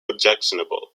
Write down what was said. objectionable